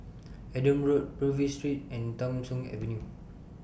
Adam Road Purvis Street and Tham Soong Avenue